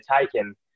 taken